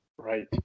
Right